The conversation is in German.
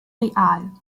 real